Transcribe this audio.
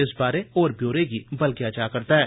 इस बारै होर ब्यौरे गी बलगेआ जा करदा ऐ